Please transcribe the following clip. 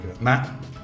Matt